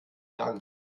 lange